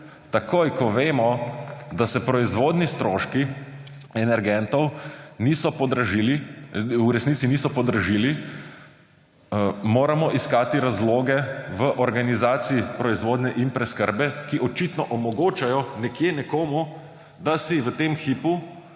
Takoj ko vemo, da se proizvodni stroški energentov v resnici niso podražili, moramo iskati razloge v organizaciji proizvodnje in preskrbe, ki očitno omogočajo nekje nekomu, da si v tem hipu